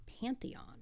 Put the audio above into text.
pantheon